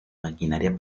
maquinaria